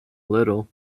little